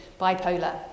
bipolar